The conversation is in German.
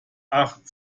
acht